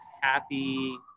happy